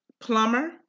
plumber